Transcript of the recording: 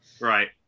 Right